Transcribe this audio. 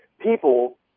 people